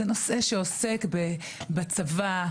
זה נושא שעוסק בצבא,